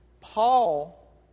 Paul